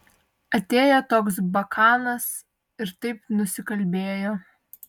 atėjo toks bakanas ir taip nusikalbėjo